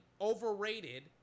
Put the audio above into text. overrated